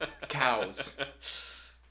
cows